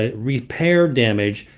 ah repair damage,